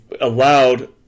allowed